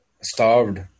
starved